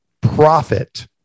profit